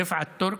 רפעת טורק,